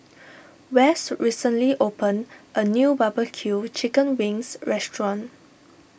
West recently opened a new Barbecue Chicken Wings restaurant